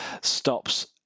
stops